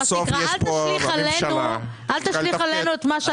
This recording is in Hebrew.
אל תשליך עלינו את מה שאתה עושה.